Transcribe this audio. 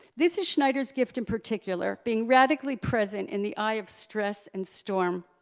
this is schneider's gift in particular, being radically present in the eye of stress and storm.